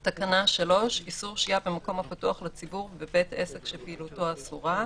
3. איסור שהייה במקום הפתוח לציבור ובבית עסק שפעילותו אסורה.